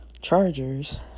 chargers